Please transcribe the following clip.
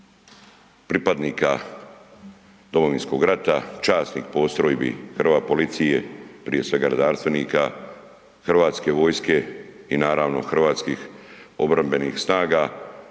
pripadnika Domovinskog rata, časnik postrojbi …/nerazumljivo/… policije prije svega redarstvenika Hrvatske vojske i naravno Hrvatskih obrambenih snaga